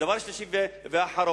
דבר שלישי ואחרון: